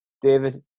david